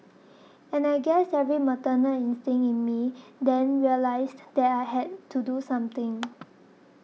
and I guess every maternal instinct in me then realised there I had to do something